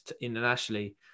internationally